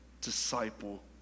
disciple